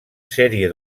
sèrie